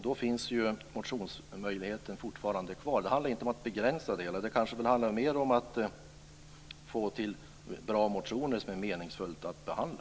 Då finns ju motionsmöjligheten fortfarande kvar. Det handlar inte om att begränsa det hela. Det handlar kanske mer om att få till bra motioner som det är meningsfullt att behandla.